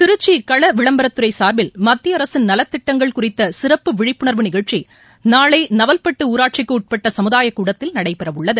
திருச்சி கள விளம்பரத்துறைசார்பில் மத்திய அரசின் நலத்திட்டங்கள் குறித்தசிறப்பு விழிப்புணர்வு நிகழ்ச்சிநாளைநவல்பட்டுஊராட்சிக்குஉட்பட்டசமுதாயகூடத்தில் நடைபெறஉள்ளது